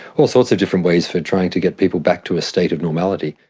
all sorts of different ways for trying to get people back to a state of normality.